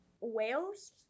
whales